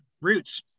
Roots